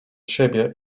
siebie